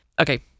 okay